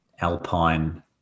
Alpine